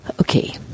Okay